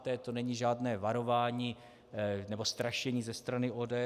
To není žádné varování nebo strašení ze strany ODS.